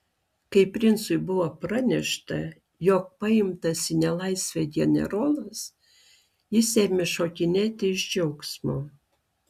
kai princui buvo pranešta jog paimtas į nelaisvę generolas jis ėmė šokinėti iš džiaugsmo